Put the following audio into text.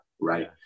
right